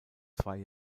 zwei